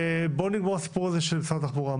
בואו נגמור עם הסיפור של משרד התחבורה.